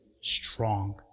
Strong